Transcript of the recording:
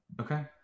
Okay